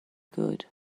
good